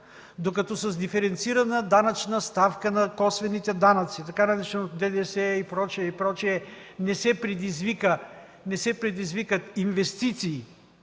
Докато с диференцирана данъчна ставка на косвените данъци, така нареченото ДДС и прочие, и прочие, не се предизвикат инвестиции